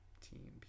team